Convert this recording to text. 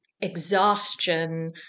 exhaustion